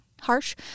harsh